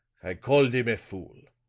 i called him a fool!